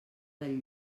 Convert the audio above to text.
del